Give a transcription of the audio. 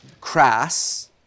crass